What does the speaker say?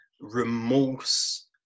remorse